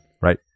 Right